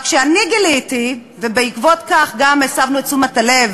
רק שאני גיליתי, ובעקבות כך גם הסבנו את תשומת הלב